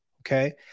Okay